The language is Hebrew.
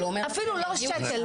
אפילו לא שקל,